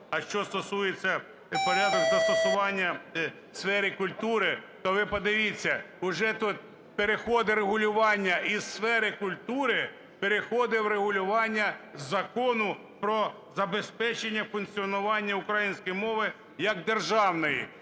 А що стосується порядку застосування в сфері культури, то ви подивіться, уже тут переходить регулювання із сфери культури, переходить в регулювання Закону про забезпечення функціонування української мови як державної.